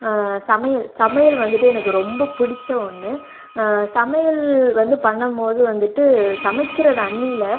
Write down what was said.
சமையல் சமையல் வந்துட்டு எனக்கு ரொம்ப பிடிச்ச ஒன்று சமையல் வந்து பண்ணும் போது வந்துட்டு சமைக்கிறது அன்னில